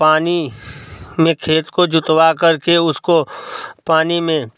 पानी में खेत को जुतवा करके उसको पानी में